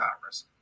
Congress